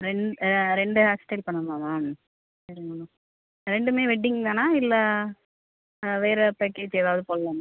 ரெண் ரெண்டு hair style பண்ணணுமா மேம் சரி மேம் ரெண்டுமே வெட்டிங் தானா இல்லை வேறு பேக்கேஜ் ஏதாவது போடலாமா